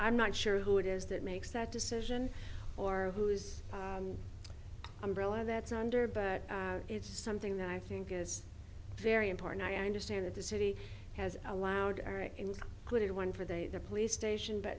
i'm not sure who it is that makes that decision or who is umbrella that's under but it's something that i think is very important i understand that the city has allowed good one for they the police station but